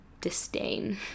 disdain